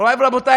מורי ורבותי,